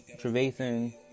Trevathan